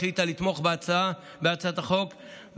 החליטה לתמוך בהצעת החוק,